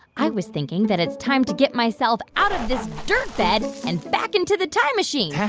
i was thinking that it's time to get myself out of this dirt bed and back into the time machine.